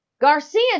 Garcia